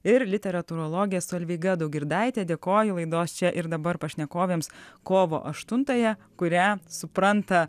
ir literatūrologė solveiga daugirdaitė dėkoju laidos čia ir dabar pašnekovėms kovo aštuntąją kurią supranta